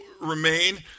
remain